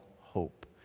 hope